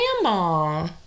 grandma